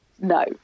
No